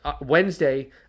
Wednesday